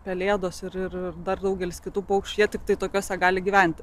pelėdos ir dar daugelis kitų paukščių jie tiktai tokiose gali gyventi